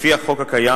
לפי החוק הקיים,